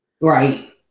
right